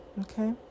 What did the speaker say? okay